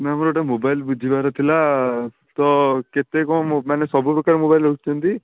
ma'am ମୋର ଗୋଟେ mobile ବୁଝିବାର ଥିଲା ତ କେତେ କ'ଣ ମୋ ମାନେ ସବୁ ପ୍ରକାର ମୋବାଇଲ୍ ରଖୁଛନ୍ତି